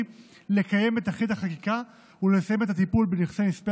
לקיים את תכלית החקיקה ולסיים את הטיפול בנכסי נספי